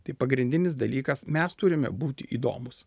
tai pagrindinis dalykas mes turime būti įdomūs